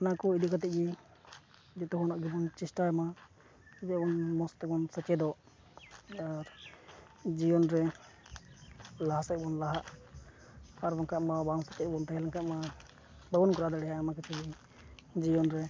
ᱚᱱᱟ ᱠᱚ ᱤᱫᱤ ᱠᱟᱛᱮᱫ ᱜᱮ ᱡᱚᱛᱚ ᱠᱷᱚᱱᱟᱜ ᱜᱮᱵᱚᱱ ᱪᱮᱥᱴᱟᱭ ᱢᱟ ᱡᱮ ᱢᱚᱡᱽ ᱛᱮᱵᱚᱱ ᱥᱮᱪᱮᱫᱚᱜ ᱟᱨ ᱡᱤᱭᱚᱱ ᱨᱮ ᱞᱟᱦᱟ ᱥᱮ ᱵᱚᱱ ᱞᱟᱦᱟᱜ ᱟᱨ ᱵᱟᱝᱠᱷᱟᱱ ᱢᱟ ᱵᱟᱝ ᱥᱮᱪᱮᱫ ᱵᱚᱱ ᱛᱟᱦᱮᱸ ᱞᱮᱱ ᱠᱠᱷᱟᱡ ᱢᱟ ᱵᱟᱵᱚᱱ ᱠᱚᱨᱟᱣ ᱫᱟᱲᱮᱭᱟᱜᱼᱟ ᱟᱭᱢᱟ ᱠᱤᱪᱷᱩ ᱜᱮ ᱡᱤᱭᱚᱱ ᱨᱮ